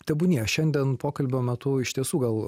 tebūnie šiandien pokalbio metu iš tiesų gal